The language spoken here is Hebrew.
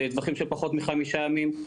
בטווחים של פחות מחמישה ימים.